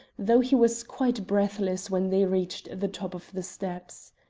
though he was quite breathless when they reached the top of the steps.